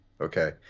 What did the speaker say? Okay